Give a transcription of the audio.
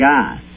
God